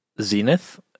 zenith